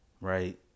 right